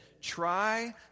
Try